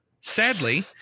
Sadly